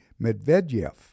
Medvedev